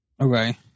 okay